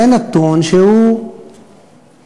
זה נתון שהוא ברור.